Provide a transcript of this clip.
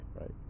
right